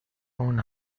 اون